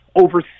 Over